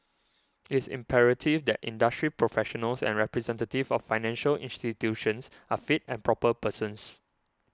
it is imperative that industry professionals and representatives of financial institutions are fit and proper persons